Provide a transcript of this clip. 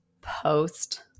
post